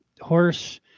horse